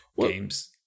games